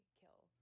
kill